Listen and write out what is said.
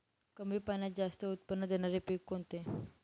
कमी पाण्यात जास्त उत्त्पन्न देणारे पीक कोणते?